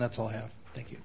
that's all i have thank you